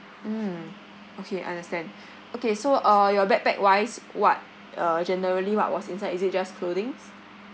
mm okay understand okay so uh your backpack wise what uh generally what was inside is it just clothings